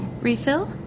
Refill